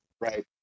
Right